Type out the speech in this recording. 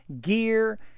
gear